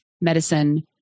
medicine